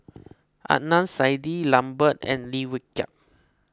Adnan Saidi Lambert and Lim Wee Kiak